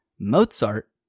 Mozart